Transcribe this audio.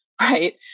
right